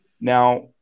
Now